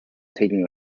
taken